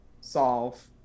solve